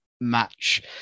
match